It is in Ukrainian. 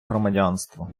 громадянство